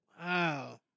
Wow